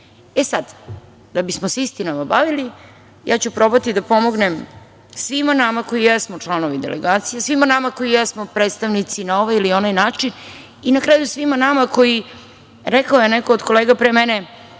dopadnemo? Da bismo se istinama bavili, ja ću probati da pomognem svima nama koji jesmo članovi delegacije, svima nama koji jesmo predstavnici na ovaj ili onaj način i na kraju svima nama koji, rekao je neko od kolega pre mene,